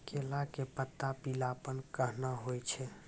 केला के पत्ता पीलापन कहना हो छै?